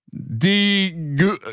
d goo.